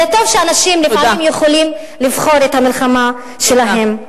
וטוב שאנשים לפעמים יכולים לבחור את המלחמה שלהם.